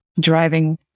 driving